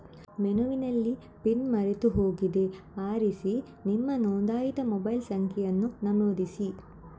ಮೆನುವಿನಲ್ಲಿ ಪಿನ್ ಮರೆತು ಹೋಗಿದೆ ಆರಿಸಿ ನಿಮ್ಮ ನೋಂದಾಯಿತ ಮೊಬೈಲ್ ಸಂಖ್ಯೆಯನ್ನ ನಮೂದಿಸಿ